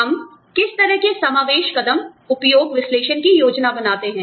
हम किस तरह समावेश कदम उपयोग विश्लेषण की योजना बनाते हैं